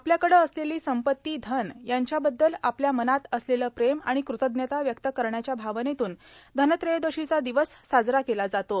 आपल्याकडं असलेलो संपत्ती धन यांच्याबद्दल आपल्या मनात असलेलं प्रेम आणि कृतज्ञता व्यक्त करण्याच्या भावनेतून धनत्रयोदशीचा र्रादवस साजरा केला जातो